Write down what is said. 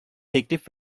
teklif